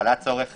עלה צורך